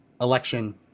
election